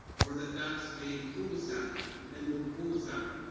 or that that's a cul-de-sac, the end of a cul-de-sac,